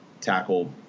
tackle